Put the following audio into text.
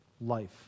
life